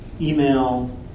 email